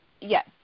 yes